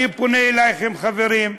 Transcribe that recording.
אני פונה אליכם, חברים,